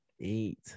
eight